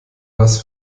was